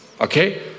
Okay